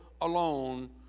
alone